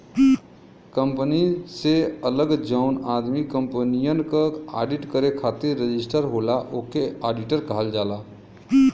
company से अलग जौन आदमी कंपनियन क आडिट करे खातिर रजिस्टर होला ओके आडिटर कहल जाला